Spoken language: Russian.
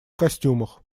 костюмах